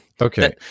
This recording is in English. Okay